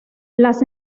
las